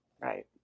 Right